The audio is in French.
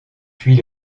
puis